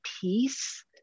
peace